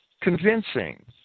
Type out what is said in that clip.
convincing